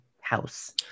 house